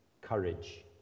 courage